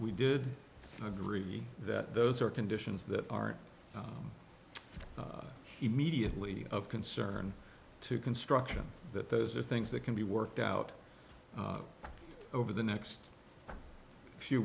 we did agree that those are conditions that are immediately of concern to construction that those are things that can be worked out over the next a few